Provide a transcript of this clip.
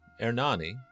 Ernani